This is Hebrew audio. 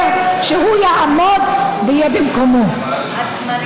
ברור שהחוקים הללו יוצרים עבורנו נזק אדיר בעולם.